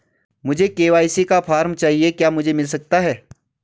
मुझे के.वाई.सी का फॉर्म चाहिए क्या मुझे मिल सकता है?